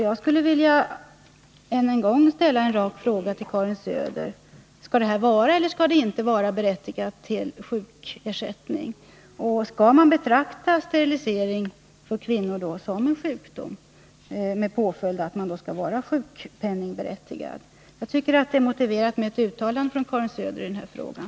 Jag skulle än en gång vilja ställa en rak Nr 49 fråga till Karin Söder: Skall det här vara eller inte vara berättigat till sjukersättning? Och skall sterilisering av kvinnor betraktas som en sjukdom, med påföljd att kvinnan då skall vara sjukpenningberättigad? Jag tycker det är motiverat med ett uttalande av Karin Söder i den här frågan.